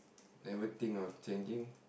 never think of chaging